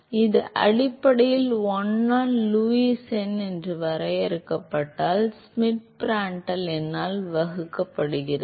எனவே இது அடிப்படையில் 1 ஆல் லூயிஸ் எண் வரையறுக்கப்பட்டால் ஷ்மிட் பிராண்ட்ட்ல் எண்ணால் வகுக்கப்படுகிறது